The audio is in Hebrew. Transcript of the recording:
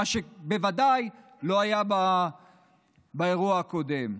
מה שבוודאי לא היה באירוע הקודם.